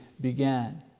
began